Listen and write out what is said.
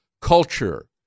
culture